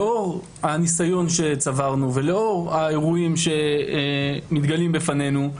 לאור הניסיון שצברנו ולאור האירועים שמתגלים בפנינו,